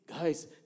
guys